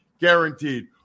guaranteed